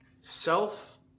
Self